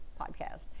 podcast